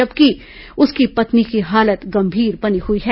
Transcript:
जबकि उसकी पत्नी की हालत गंभीर बनी हुई है